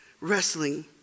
wrestling